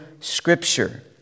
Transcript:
Scripture